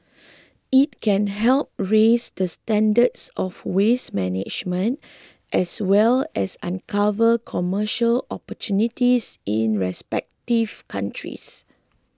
it can help raise the standards of waste management as well as uncover commercial opportunities in the respective countries